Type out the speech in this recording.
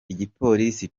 igipolisi